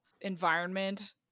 environment